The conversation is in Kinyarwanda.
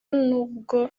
n’ubwo